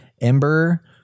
Ember